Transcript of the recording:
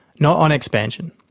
not on expansion.